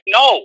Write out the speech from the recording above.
no